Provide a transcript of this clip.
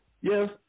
yes